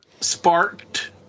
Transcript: sparked –